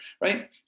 Right